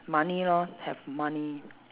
money lor have money